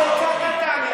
אני רוצה שאתה תענה,